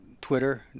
Twitter